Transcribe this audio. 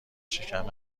شکم